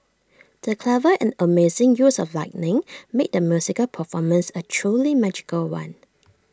the clever and amazing use of lighting made the musical performance A truly magical one